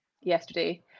yesterday